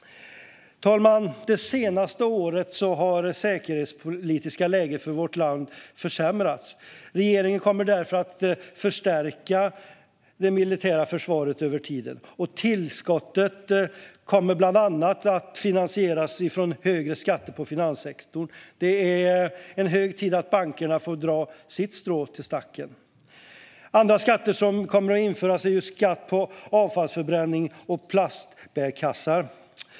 Herr talman! De senaste åren har det säkerhetspolitiska läget i vårt land försämrats. Regeringen kommer därför att förstärka det militära försvaret över tid. Tillskottet kommer bland annat att finansieras med högre skatt på finanssektorn. Det är hög tid att bankerna får dra sitt strå till stacken. Andra skatter som kommer att införas är skatt på avfallsförbränning och plastbärkassar.